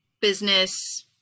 business